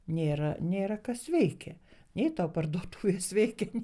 nėra nėra kas veikia nei tau parduotuvės veikia